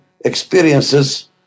experiences